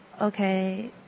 okay